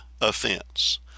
offense